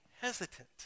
hesitant